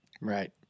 Right